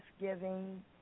Thanksgiving